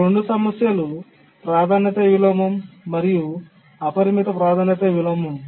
ఈ రెండు సమస్యలు ప్రాధాన్యత విలోమం మరియు అపరిమిత ప్రాధాన్యత విలోమం